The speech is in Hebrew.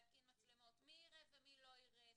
להם מצלמות ובין אלה שלא היו להם ומחליטים לעשות את זה רגע אחרי,